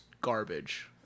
garbage